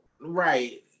right